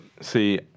See